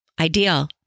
ideal